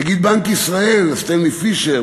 נגיד בנק ישראל סטנלי פישר,